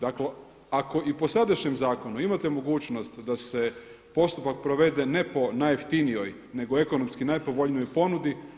Dakle, ako i po sadašnjem zakonu imate mogućnost da se postupak provede ne po najjeftinijoj, nego ekonomski najpovoljnijoj ponudi.